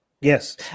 Yes